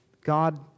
God